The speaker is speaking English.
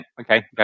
okay